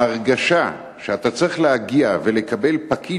ההרגשה שאתה צריך להגיע ולקבל פקיד